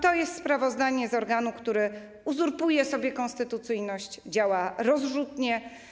To jest sprawozdanie z działania organu, który uzurpuje sobie konstytucyjność, działa rozrzutnie.